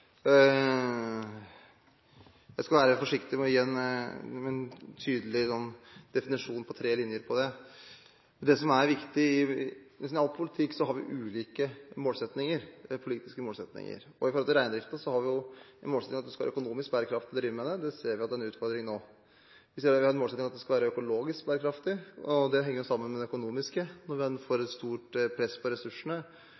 tydelig definisjon på tre linjer på det. Det som er viktig, er at vi i nesten all politikk har ulike politiske målsettinger. Når det gjelder reindriften, har vi jo en målsetting om at det skal være økonomisk bærekraftig å drive med det. Det ser vi at er en utfordring nå. Vi sier at vi har en målsetting om at det skal være økologisk bærekraftig, og det henger jo sammen med det økonomiske. Når vi får